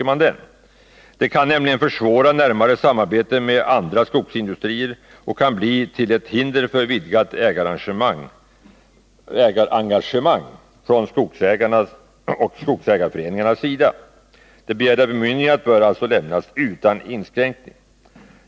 En sådan restriktion skulle nämligen kunna försvåra ett närmare samarbete med andra skogsindustrier och bli till ett hinder för vidgat ägarengagemang från skogsägarnas och skogsägarföreningarnas sida. Det begärda bemyndigandet bör alltså lämnas utan inskränkning. Herr talman!